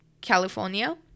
California